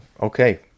Okay